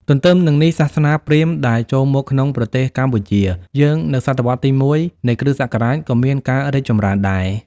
ទន្ទឹមនឹងនេះ សាសនាព្រាហ្មណ៍ ដែលចូលមកក្នុងប្រទេសកម្ពុជាយើង នៅស.វ. ទី ១ នៃគ.ស. ក៏មានការរីកចម្រើនដែរ ។